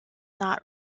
not